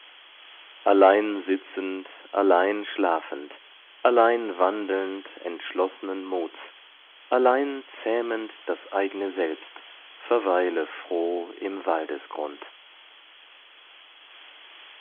allein sitzend allein schlafend allein wandelnd entschloßnen muts allein zähmend das eigne selbst verweile froh im waldesgrund